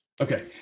Okay